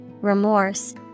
remorse